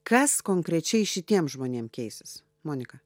kas konkrečiai šitiems žmonėm keisis monika